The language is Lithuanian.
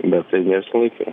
bet tai ne visąlaik yra